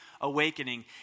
Awakening